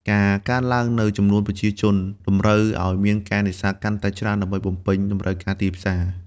ការកើនឡើងនូវចំនួន ប្រជាជន តម្រូវឱ្យមានការនេសាទកាន់តែច្រើនដើម្បីបំពេញតម្រូវការទីផ្សារ។